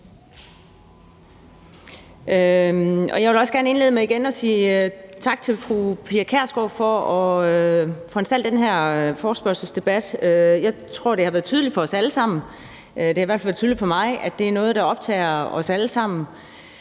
Jeg vil også gerne indlede med igen at sige tak til fru Pia Kjærsgaard for at få foranstaltet den her forespørgselsdebat. Jeg tror, det har været tydeligt for os alle sammen – det har i hvert fald været tydeligt for mig – at det er noget, der optager os alle sammen.